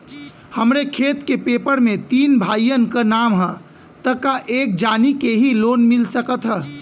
हमरे खेत के पेपर मे तीन भाइयन क नाम ह त का एक जानी के ही लोन मिल सकत ह?